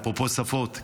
אפרופו שפות,